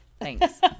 thanks